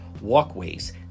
walkways